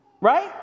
right